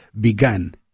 began